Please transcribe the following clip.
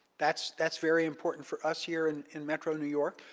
that's that's very important for us here and in metro new york.